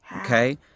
Okay